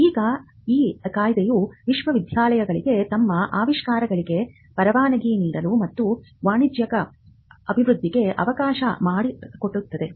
ಈಗ ಈ ಕಾಯಿದೆಯು ವಿಶ್ವವಿದ್ಯಾಲಯಗಳಿಗೆ ತಮ್ಮ ಆವಿಷ್ಕಾರಗಳಿಗೆ ಪರವಾನಗಿ ನೀಡಲು ಮತ್ತು ವಾಣಿಜ್ಯಿಕ ಅಭಿವೃದ್ಧಿಗೆ ಅವಕಾಶ ಮಾಡಿಕೊಟ್ಟಿತು